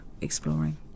exploring